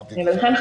ולכן,